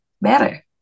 better